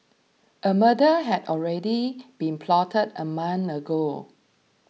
a murder had already been plotted a month ago